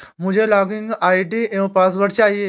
मुझें login ID एवं password चाहिए